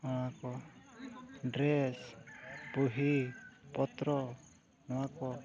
ᱚᱱᱟ ᱠᱚ ᱰᱨᱮᱹᱥ ᱵᱩᱦᱤ ᱯᱚᱛᱨᱚ ᱱᱚᱣᱟ ᱠᱚ